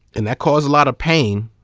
and that caused a lot of pain.